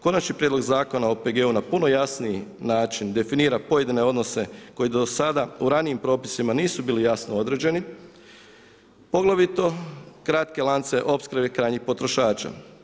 Konačni prijedlog Zakona o OPG-u na puno jasniji način definira pojedine odnose koji do sada u ranijim propisima nisu bili jasno određeni poglavito kratke lance opskrbe krajnjih potrošača.